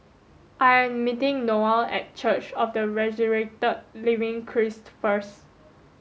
I am meeting Noelle at Church of the Resurrected Living Christ first